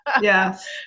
Yes